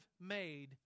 made